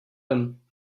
him